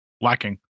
Lacking